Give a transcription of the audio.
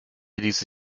ließe